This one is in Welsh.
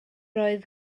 oedd